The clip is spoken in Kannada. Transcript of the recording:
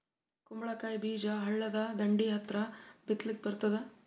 ಕುಂಬಳಕಾಯಿ ಬೀಜ ಹಳ್ಳದ ದಂಡಿ ಹತ್ರಾ ಬಿತ್ಲಿಕ ಬರತಾದ?